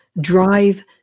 drive